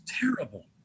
terrible